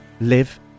live